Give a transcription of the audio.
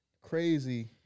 crazy